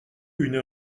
une